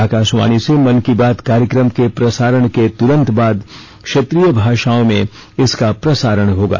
आकाशवाणी से मन की बात कार्यक्रम के प्रसारण के तुरंत बाद क्षेत्रीय भाषाओं में इसका प्रसारण होगा